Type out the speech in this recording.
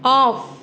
off